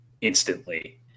instantly